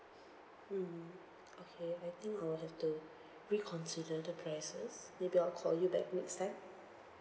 mm okay I think I will have to reconsider the prices maybe I'll call you back next time